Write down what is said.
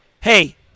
hey